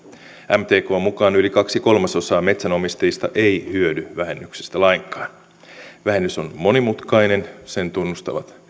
mtkn mukaan yli kaksi kolmasosaa metsänomistajista ei hyödy vähennyksestä lainkaan vähennys on monimutkainen sen tunnustavat